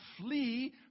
flee